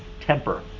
temper